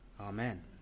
Amen